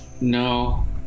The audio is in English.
no